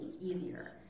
easier